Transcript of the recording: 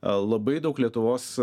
labai daug lietuvos